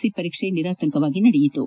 C ಪರೀಕ್ಷೆ ನಿರಾತಂಕವಾಗಿ ನಡೆಯಿತು